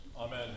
Amen